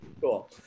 Cool